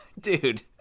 Dude